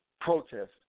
protest